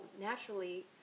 naturally